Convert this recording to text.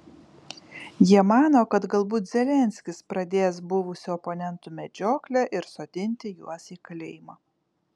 jie mano kad galbūt zelenskis pradės buvusių oponentų medžioklę ir sodinti juos į kalėjimą